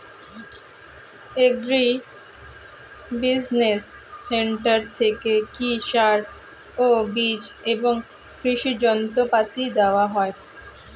Agri business centre থেকে কি সার ও বিজ এবং কৃষি যন্ত্র পাতি দেওয়া হয়?